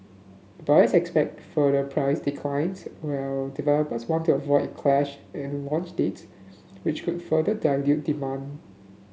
buyers expect further price declines while developers want to avoid a clash in launch dates which could further dilute demand